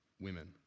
women